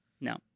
No